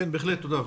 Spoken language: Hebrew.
תודה.